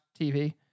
TV